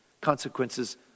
consequences